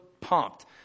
pumped